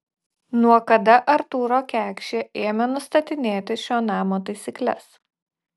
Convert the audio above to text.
nuo kada artūro kekšė ėmė nustatinėti šio namo taisykles